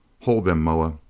hold them, moa.